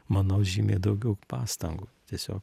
manau žymiai daugiau pastangų tiesiog